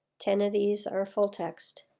ten of these are full-text.